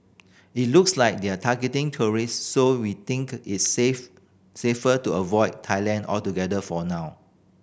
it looks like they're targeting tourist so we think it's safe safer to avoid Thailand altogether for now